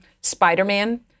Spider-Man